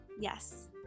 Yes